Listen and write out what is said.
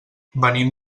venim